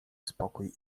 spokój